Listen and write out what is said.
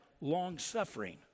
long-suffering